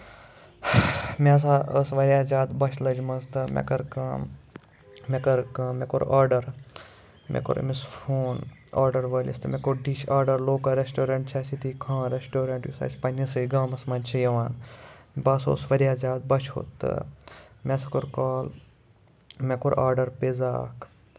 مےٚ سا ٲسۍ واریاہ زیادٕ بوٚچھِ لٔجمٕژ تہٕ مےٚ کٔر کٲم مےٚ کٔر کٲم مےٚ کوٚر آرڈر مےٚ کوٚر أمِس فون آرڈر وٲلِس تہٕ مےٚ کوٚر ڈِش آرڈر لوکَل ریسٹورنٹ چھُ اَسہِ ییٚتی خان ریسٹورنٹ یُس اَسہِ پَنٕنِسٕے گامَس منٛز چھُ یِوان بہٕ ہسا اوسُس واریاہ زیادٕ بوٚچھِ ہوٚت تہٕ مےٚ سا کٔر کٲم مےٚ کوٚر آرڈر پِزا اکھ